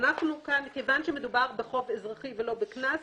מכיוון שמדובר בחוב אזרחי ולא בקנס,